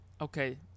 Okay